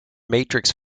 matrix